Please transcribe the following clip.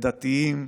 דתיים,